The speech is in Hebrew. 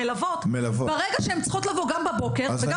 המלוות: ברגע שהן צריכות לבוא גם בבוקר וגם